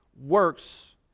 works